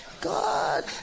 God